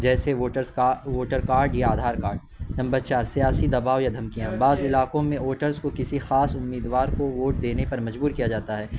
جیسے ووٹرس کا voter card یا آدھار کارڈ نمبر چار سیاسی دباؤ یا دھمکیاں بعض علاقوں میں ووٹرس کو کسی خاص امیدوار کو ووٹ دینے پر مجبور کیا جاتا ہے